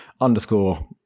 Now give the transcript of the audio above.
underscore